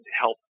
help